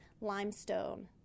limestone